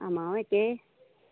আমাৰো একেই